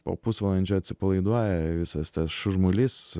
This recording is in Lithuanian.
po pusvalandžio atsipalaiduoja visas tas šurmulys